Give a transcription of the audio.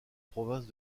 province